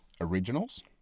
originals